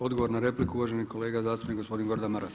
Odgovor na repliku uvaženi kolega zastupnik gospodin Gordan Maras.